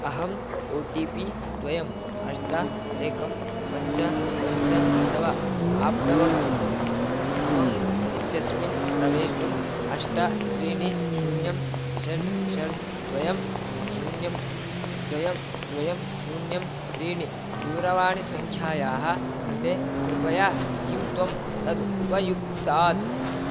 अहम् O T P द्वयम् अष्ट एकं पञ्च पञ्च नव आप्नवम् अमङ्ग् इत्यस्मिन् प्रवेष्टुम् अष्ट त्रीणि शून्यं षड् षड् द्वयं शून्यं द्वयं द्वयं शून्यं त्रीणि दूरवाणीसङ्ख्यायाः कृते कृपया किं त्वं तद् उपयुक्तात्